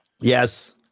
Yes